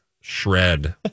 shred